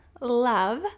love